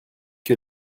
que